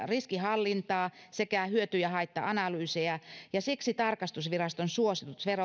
riskienhallintaa sekä hyöty ja haitta analyyseja ja siksi tarkastusviraston suositus